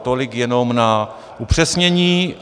Tolik jenom na upřesnění.